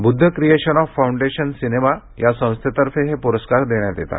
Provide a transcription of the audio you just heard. Buddha Creation of Foundation Cinema या संस्थेतर्फे हे प्रस्कार देण्यात येतात